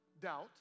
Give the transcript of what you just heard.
doubt